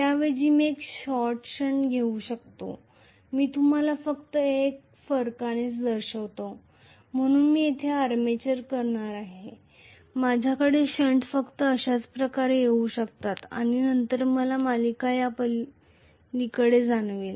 त्याऐवजी मी एक शॉर्ट शंट घेऊ शकतो मी तुम्हाला फक्त एका फरकानेच दर्शवितो म्हणून मी येथे आर्मेचर करणार आहे माझ्याकडे शंट फक्त अशाच प्रकारे येऊ शकतात आणि नंतर मला सिरीज या पलीकडे जाणवेल